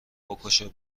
بکشه